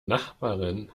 nachbarin